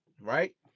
right